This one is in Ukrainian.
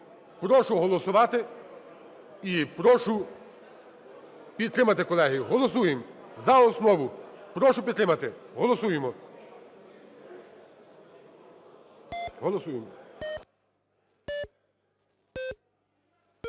Прошу голосувати і прошу підтримати, колеги. Голосуємо! За основу. Прошу підтримати. Голосуємо! 12:00:04